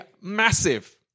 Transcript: massive